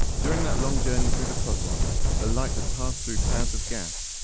during that long journey through the cosmos the light had passed through clouds of gas,